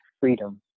freedom